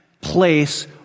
place